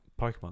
Pokemon